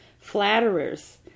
flatterers